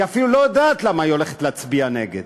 היא אפילו לא יודעת למה היא הולכת להצביע נגד,